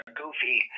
goofy